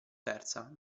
terza